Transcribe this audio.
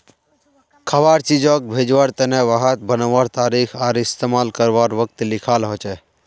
खवार चीजोग भेज्वार तने वहात बनवार तारीख आर इस्तेमाल कारवार वक़्त लिखाल होचे